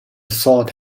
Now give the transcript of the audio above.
sought